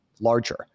larger